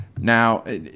Now